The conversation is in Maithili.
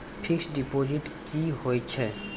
फिक्स्ड डिपोजिट की होय छै?